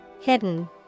Hidden